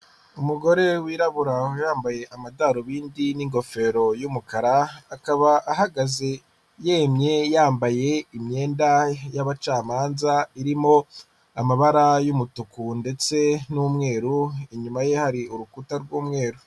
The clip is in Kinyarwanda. Umugore wirabura wambaye amadarubindi n'ingofero y'umukara akaba ahagaze yemye yambaye imyenda y'abacamanza irimo amabara y'umutuku ndetse n'umweru, inyuma ye hari urukuta rw'umweru.